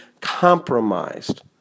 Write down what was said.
compromised